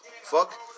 Fuck